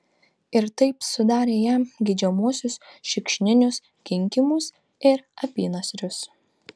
ir taip sudarė jam geidžiamuosius šikšninius kinkymus ir apynasrius